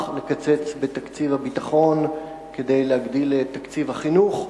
לקצץ בתקציב הביטחון כדי להגדיל את תקציב החינוך.